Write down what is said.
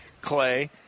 Clay